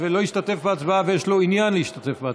לא השתתף בהצבעה ויש לו עניין להשתתף בהצבעה?